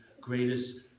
greatest